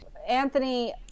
Anthony